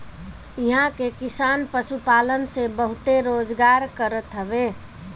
इहां के किसान पशुपालन से बहुते रोजगार करत हवे